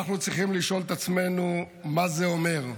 אנחנו צריכים לשאול את עצמנו מה זה אומר,